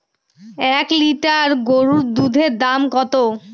এক লিটার গরুর দুধের দাম কত?